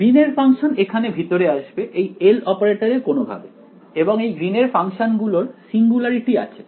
green এর function এখানে ভিতরে আসবে এই L অপারেটরে কোনওভাবে এবং এই গ্রীন এর ফাংশনগুলোর সিঙ্গুলারিটি আছে